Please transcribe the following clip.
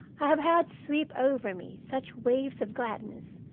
i have had sweep over me such waves of gladness,